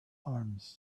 arms